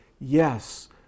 yes